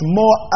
more